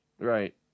Right